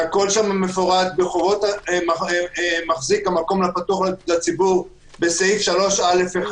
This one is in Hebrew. שהכול שם מפורט בחובות מחזיק המקום הפתוח לציבור בסעיף 3א1,